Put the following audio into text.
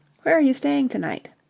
where are you staying to-night?